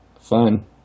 Fine